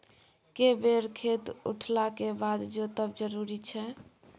के बेर खेत उठला के बाद जोतब जरूरी छै?